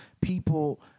people